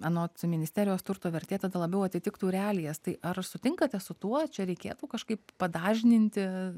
anot ministerijos turto vertė tada labiau atitiktų realijas tai ar sutinkate su tuo čia reikėtų kažkaip padažninti